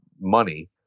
money